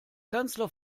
kanzler